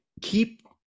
keep